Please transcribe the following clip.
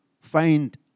find